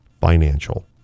Financial